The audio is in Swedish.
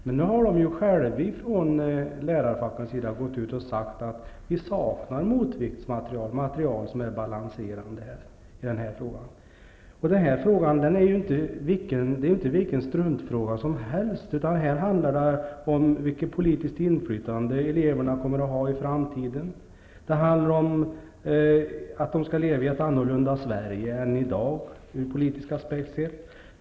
Men nu har de själva från lärarfackens sida sagt att de saknar motviktsmaterial och material som är balanserande i denna fråga. Den här frågan är inte vilken liten struntfråga som helst. Det handlar här om vilket politiskt inflytande eleverna kommer att ha i framtiden. Det handlar om att de skall leva i ett framtida Sverige som från politiska aspekter är annorlunda än i dag.